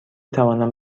توانم